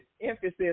emphasis